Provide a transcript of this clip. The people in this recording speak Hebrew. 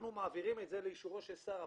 אנחנו מעבירים את זה לאישורו של שר הפנים.